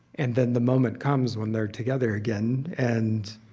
and then the moment comes when they're together again. and